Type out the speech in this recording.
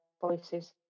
voices